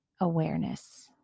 awareness